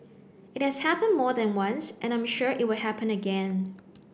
it has happened more than once and I'm sure it will happen again